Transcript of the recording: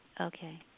Okay